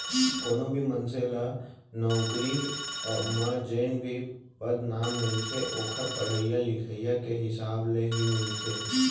कोनो भी मनसे ल नउकरी म जेन भी पदनाम मिलथे ओखर पड़हई लिखई के हिसाब ले ही मिलथे